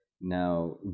Now